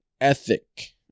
ethic